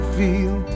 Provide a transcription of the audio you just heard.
feel